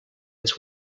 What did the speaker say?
its